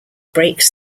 breaks